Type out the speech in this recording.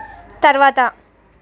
తరువాత